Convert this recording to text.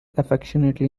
affectionately